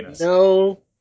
No